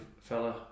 fella